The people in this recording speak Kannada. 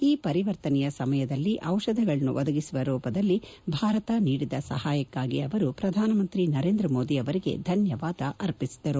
ಈ ಪರಿವರ್ತನೆಯ ಸಮಯದಲ್ಲಿ ಔಷಧಗಳನ್ನು ಒದಗಿಸುವ ರೂಪದಲ್ಲಿ ಭಾರತ ನೀಡಿದ ಸಹಾಯಕ್ಕಾಗಿ ಅವರು ಪ್ರಧಾನ ಮಂತ್ರಿ ನರೇಂದ್ರ ಮೋದಿ ಅವರಿಗೆ ಧನ್ನವಾದ ಅರ್ಪಿಸಿದರು